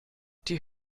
die